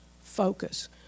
focus